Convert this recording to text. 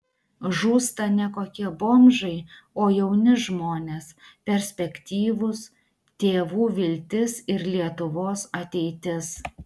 žūsta ne kokie bomžai o jauni žmonės perspektyvūs tėvų viltis ir lietuvos ateitis